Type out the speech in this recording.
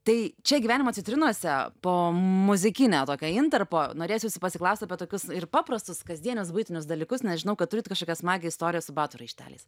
tai čia gyvenimo citrinose po muzikinio tokio intarpo norėsiu jūsų pasiklaust apie tokius paprastus kasdienius buitinius dalykus nes žinau kad turit kažkokią smagią istoriją su batų raišteliais